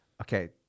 Okay